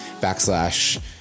backslash